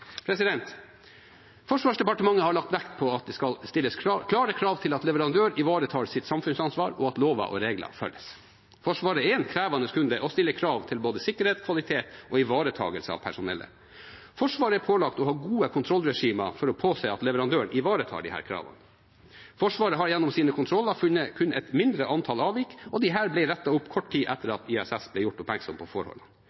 Forsvarsdepartementet har lagt vekt på at det skal stilles klare krav om at leverandøren ivaretar sitt samfunnsansvar, og at lover og regler følges. Forsvaret er en krevende kunde og stiller krav til både sikkerhet, kvalitet og ivaretakelse av personellet. Forsvaret er pålagt å ha gode kontrollregimer for å påse at leverandøren ivaretar disse kravene. Forsvaret har gjennom sine kontroller funnet kun et mindre antall avvik, og disse ble rettet opp kort tid etter